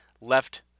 left